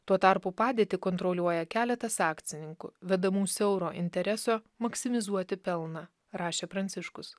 tuo tarpu padėtį kontroliuoja keletas akcininkų vedamų siauro intereso maksimizuoti pelną rašė pranciškus